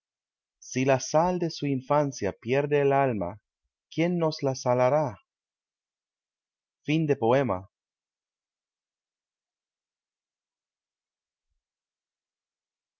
si la sal de su infancia pierde el alma quien nos la salará caprichos i